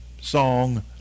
song